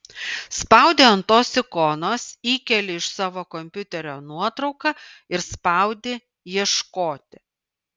spaudi ant tos ikonos įkeli iš savo kompiuterio nuotrauką ir spaudi ieškoti